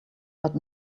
but